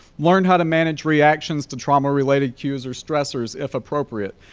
learn how to manage reactions to trauma-related cues or stressors if appropriate.